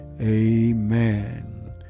Amen